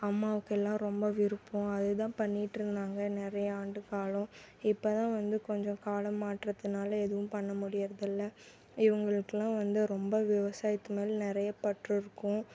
அம்மாவுக்கு எல்லாம் ரொம்ப விருப்பம் அது தான் பண்ணிட்டுருந்தாங்க நிறையா ஆண்டு காலம் இப்போ தான் வந்து கொஞ்சம் காலம் மாற்றத்தினால எதுவும் பண்ண முடியுறது இல்லை இவுங்களுக்கெல்லாம் வந்து ரொம்ப விவசாயத்து மேலே நிறைய பற்று இருக்கும்